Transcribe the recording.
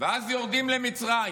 ואז יורדים למצרים.